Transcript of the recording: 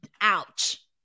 ouch